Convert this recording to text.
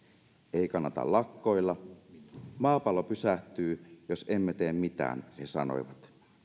ei kannata lakkoilla maapallo pysähtyy jos emme tee mitään he sanoivat